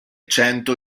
cento